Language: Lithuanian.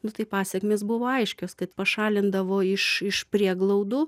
nu tai pasekmės buvo aiškios kad pašalindavo iš iš prieglaudų